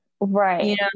Right